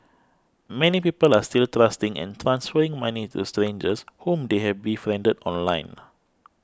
many people are still trusting and transferring money to strangers whom they have befriended online